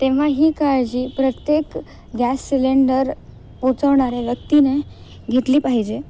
तेव्हा ही काळजी प्रत्येक गॅस सिलेंडर पोचवणाऱ्या व्यक्तीने घेतली पाहिजे